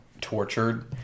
tortured